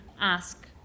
ask